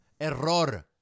error